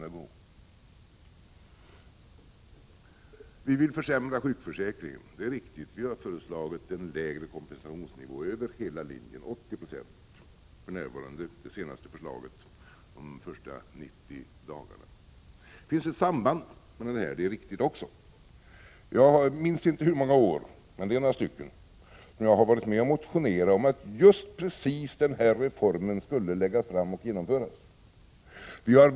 Det sägs att moderaterna vill försämra sjukförsäkringen. Det är riktigt; vi har föreslagit en lägre kompensationsnivå över hela linjen, nämligen 80 90 de första 90 dagarna, enligt det senaste förslaget. Det sägs att det finns ett samband, och det är också riktigt. Jag minns inte i hur många år som jag har varit med och motionerat om att just denna reform skulle läggas fram och genomföras.